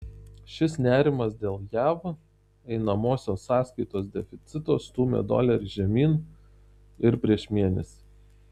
šis nerimas dėl jav einamosios sąskaitos deficito stūmė dolerį žemyn ir prieš mėnesį